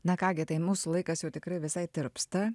na ką gi tai mūsų laikas jau tikrai visai tirpsta